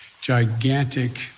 gigantic